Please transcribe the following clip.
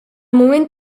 moment